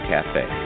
Cafe